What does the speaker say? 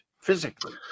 physically